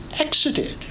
exited